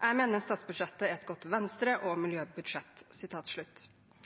Jeg mener statsbudsjettet er et godt Venstre- og miljøbudsjett.»